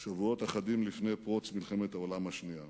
שבועות אחדים לפני פרוץ מלחמת העולם השנייה.